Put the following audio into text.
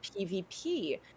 PvP